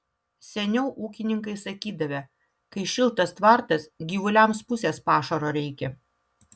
seniau ūkininkai sakydavę kai šiltas tvartas gyvuliams pusės pašaro reikia